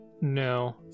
no